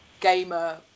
gamer